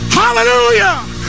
hallelujah